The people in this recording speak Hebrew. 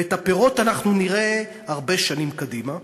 ואת הפירות נראה הרבה שנים קדימה,